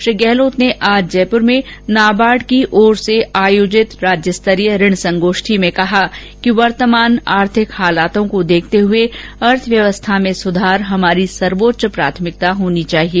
श्री गहलोत ने आज जयपुर में नाबार्ड की ओर से आयोजित राज्य स्तरीय ऋण संगोष्ठी में कहा कि वर्तमान आर्थिक हालातों को देखते हुए अर्थव्यवस्था में सुधार हमारी सर्वोच्च प्राथमिकता होनी चाहिए